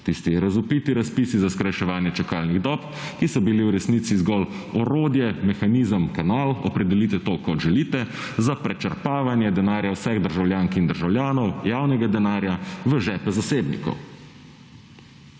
Tisti razvpiti razpisi za skrajševanje čakalnih dob, ki so bili v resnici zgolj orodje, mehanizem, kanal, opredelite to kot želite, za prečrpavanje denarja vseh državljank in državljanov, javnega denarja, v žepe zasebnikov.